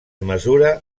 mesura